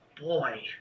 boy